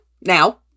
Now